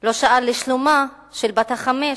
לא שאל לשלומה של בת החמש,